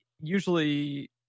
usually